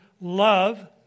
love